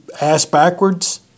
ass-backwards